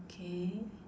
okay